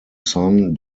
son